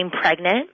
pregnant